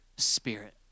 spirit